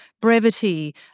brevity